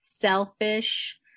selfish